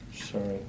Sorry